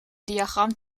diagram